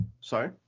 Sorry